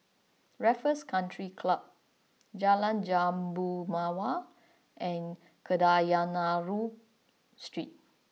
Raffles Country Club Jalan Jambu Mawar and Kadayanallur Street